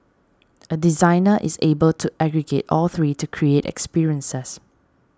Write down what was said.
a designer is able to aggregate all three to create experiences